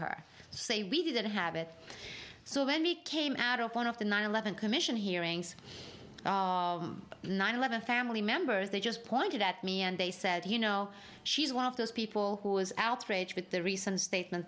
her say we didn't have it so when we came out of one of the nine eleven commission hearings of nine eleven family members they just pointed at me and they said you know she's one of those people who was outraged at the recent statement